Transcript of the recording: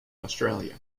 australia